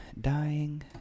dying